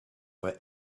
for